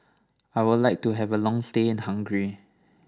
I would like to have a long stay in Hungary